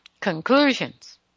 Conclusions